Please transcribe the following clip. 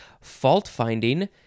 Fault-finding